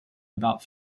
about